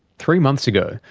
three months ago,